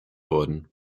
worden